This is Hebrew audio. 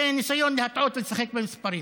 זה ניסיון להטעות ולשחק במספרים.